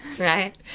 Right